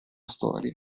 storia